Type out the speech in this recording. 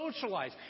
socialize